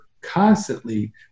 Constantly